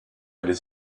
les